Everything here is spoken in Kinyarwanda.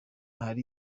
hari